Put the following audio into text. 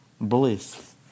bliss